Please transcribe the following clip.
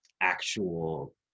actual